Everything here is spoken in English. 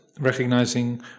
recognizing